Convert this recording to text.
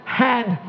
hand